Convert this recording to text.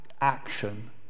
action